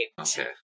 Okay